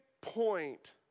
point